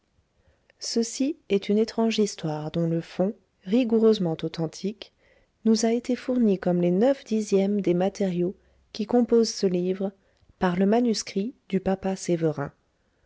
ceci est une étrange histoire dont le fond rigoureusement authentique nous a été fourni comme les neuf dixièmes des matériaux qui composent ce livre par le manuscrit du papa sévérin